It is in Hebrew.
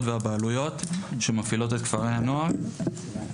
והבעלויות שמפעילות את כפרי הנוער,